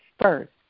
first